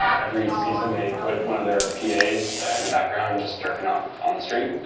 every season they put one of their pas in the background just jerking off on the street.